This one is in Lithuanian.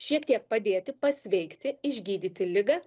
šiek tiek padėti pasveikti išgydyti ligą